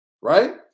right